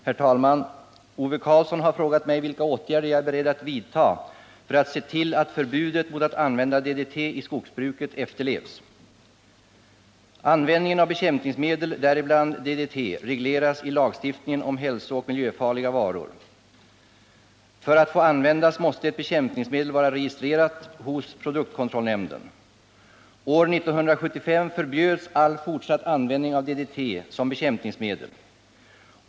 Herr talman! Ove Karlsson har frågat mig vilka åtgärder jag är beredd vidta för att se till att förbudet mot att använda DDT i skogsbruket efterlevs. Användningen av bekämpningsmedel, däribland DDT, regleras i lagstiftningen om hälsooch miljöfarliga varor. För att få användas måste ett bekämpningsmedel vara registrerat hos produktkontrollnämnden. År 1975 förbjöds all fortsatt användning av DDT som bekämpningsmedel.